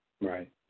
Right